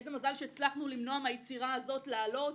איזה מזל שהצלחנו למנוע מהיצירה הזו לעלות.